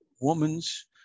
woman's